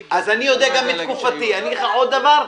בתקופתי לא היה.